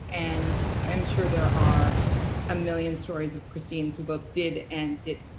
and i'm sure there are a million stories of christines who both did and didn!